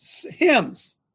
hymns